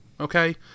Okay